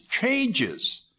changes